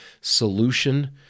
solution